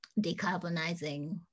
decarbonizing